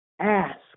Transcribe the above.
ask